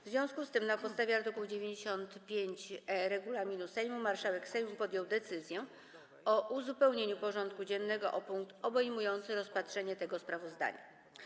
W związku z tym, na podstawie art. 95e regulaminu Sejmu, marszałek Sejmu podjął decyzję o uzupełnieniu porządku dziennego o punkt obejmujący rozpatrzenie tego sprawozdania.